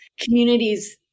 communities